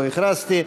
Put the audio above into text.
לא הכרזתי.